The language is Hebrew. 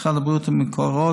משרד הבריאות ומקורות,